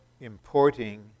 importing